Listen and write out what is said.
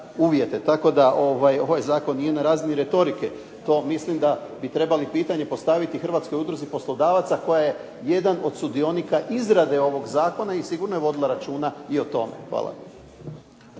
Tako da ovaj zakon nije na razini retorike, to mislim da bi trebali pitanje postaviti hrvatskoj udruzi poslodavaca koja je jedan od sudionika izrade ovog zakona i sigurno je vodila računa i o tome. Hvala.